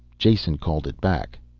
jason called it back.